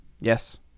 Yes